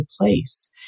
place